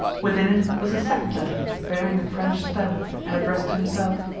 within it was a second letter bearing a french stamp and addressed to himself.